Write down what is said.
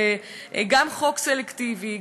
גם חוק סלקטיבי,